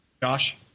Josh